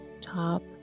top